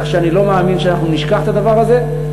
כך שאני לא מאמין שאנחנו נשכח את הדבר הזה.